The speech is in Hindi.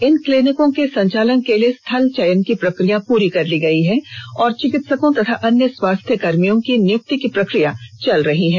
इन क्लिनिकों के संचालन के लिए स्थल चयन की प्रक्रिया पूरी कर ली गई है और चिकित्सकों तथा अन्य स्वास्थ्यकर्भियों की नियुक्ति की प्रक्रिया चल रही है